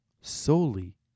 solely